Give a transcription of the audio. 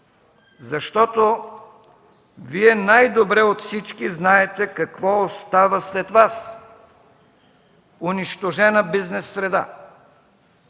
защото Вие най-добре от всички знаете какво остава след Вас – унищожена бизнес среда;